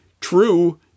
true-